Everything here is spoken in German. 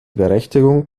berechtigung